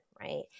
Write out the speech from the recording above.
right